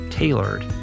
Tailored